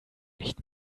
nicht